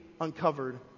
uncovered